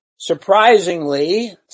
Surprisingly